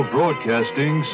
Broadcasting